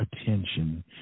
attention